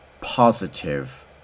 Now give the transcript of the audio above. positive